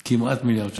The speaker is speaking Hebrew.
של כמעט מיליארד שקל,